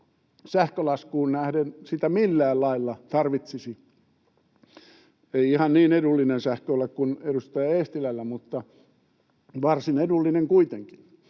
sähkölaskuun nähden sitä millään lailla tarvitsisi. Ei ihan niin edullinen sähkö ole kuin edustaja Eestilällä, mutta varsin edullinen kuitenkin.